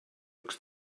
looks